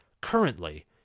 currently